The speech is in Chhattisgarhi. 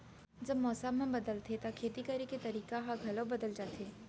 जब मौसम ह बदलथे त खेती करे के तरीका ह घलो बदल जथे?